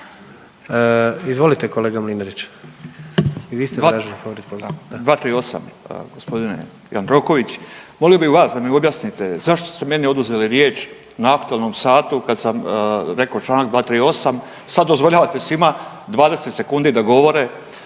Izvolite kolega Mlinarić